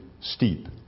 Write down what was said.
steep